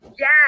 Yes